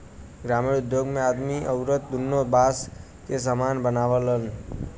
ग्रामिण उद्योग मे आदमी अउरत दुन्नो बास के सामान बनावलन